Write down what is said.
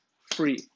free